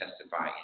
testify